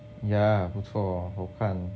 ya 不错好看